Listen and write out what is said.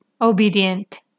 obedient